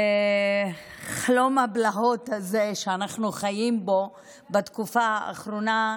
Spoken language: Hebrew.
חלום הבלהות הזה שאנחנו חיים בו בתקופה האחרונה,